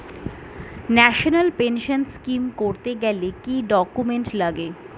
National pension scheme করতে গেলে কি কি ডকুমেন্ট লাগে?